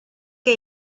que